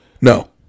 No